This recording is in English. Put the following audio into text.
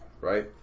Right